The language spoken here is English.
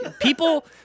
People